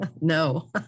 No